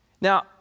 Now